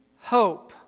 hope